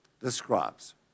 describes